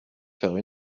faire